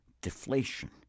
deflation